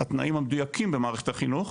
התנאים המדויקים במערכת החינוך,